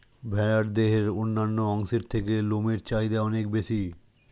ভেড়ার দেহের অন্যান্য অংশের থেকে লোমের চাহিদা অনেক বেশি